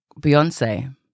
beyonce